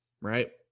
right